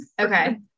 okay